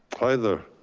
hi, there.